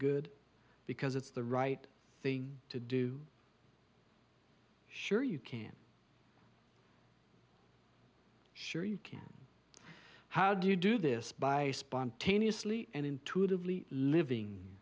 good because it's the right thing to do sure you can sure you can how do you do this by spontaneously and in